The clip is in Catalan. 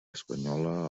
espanyola